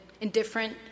indifferent